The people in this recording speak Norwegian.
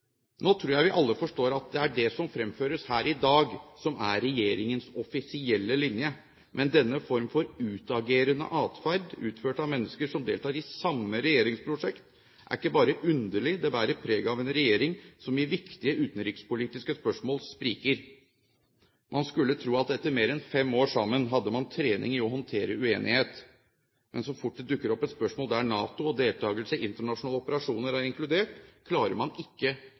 Nå tror jeg vi alle forstår at det er det som fremføres her i dag, som er regjeringens offisielle linje. Men denne form for utagerende atferd, utført av mennesker som deltar i samme regjeringsprosjekt, er ikke bare underlig; den bærer preg av en regjering som i viktige utenrikspolitiske spørsmål spriker. Man skulle tro at etter mer enn fem år sammen hadde man trening i å håndtere uenighet, men så fort det dukker opp et spørsmål der NATO og deltakelse i internasjonale operasjoner er inkludert, klarer man ikke